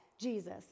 Jesus